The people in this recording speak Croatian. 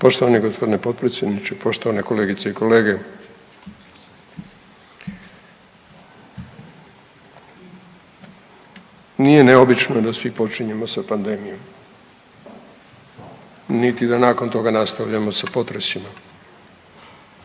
Poštovani gospodine potpredsjedniče, poštovane kolegice i kolege, nije neobično da svi počinjemo sa pandemijom, niti da nakon toga da nastavljamo sa potresima